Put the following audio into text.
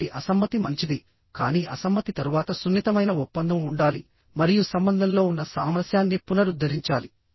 కాబట్టి అసమ్మతి మంచిది కానీ అసమ్మతి తరువాత సున్నితమైన ఒప్పందం ఉండాలి మరియు సంబంధంలో ఉన్న సామరస్యాన్ని పునరుద్ధరించాలి